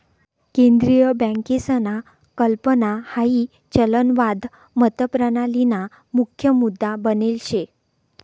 केंद्रीय बँकसना कल्पना हाई चलनवाद मतप्रणालीना मुख्य मुद्दा बनेल शे